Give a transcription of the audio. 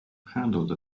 handled